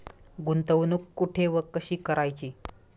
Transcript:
गुंतवणूक कुठे व कशी करायची?